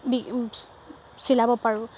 চিলাব পাৰোঁ